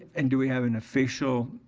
and do we have an official